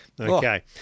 Okay